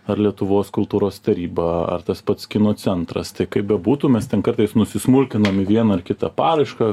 ar lietuvos kultūros taryba ar tas pats kinų centras tai kaip bebūtų mes ten kartais nusismulkinam į vieną ar kitą paraišką